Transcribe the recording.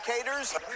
indicators